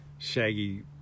Shaggy